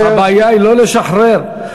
הבעיה היא לא לשחרר.